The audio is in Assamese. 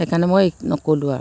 সেইকাৰণে মই একো নক'লোঁ আৰু